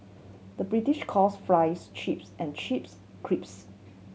the British calls fries chips and chips